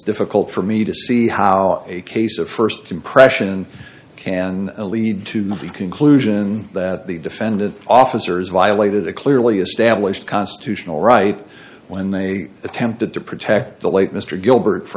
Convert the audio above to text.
difficult for me to see how a case of st compression can lead to the conclusion that the defendant officers violated a clearly established constitutional right when they attempted to protect the late mr gilbert f